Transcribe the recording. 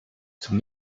zum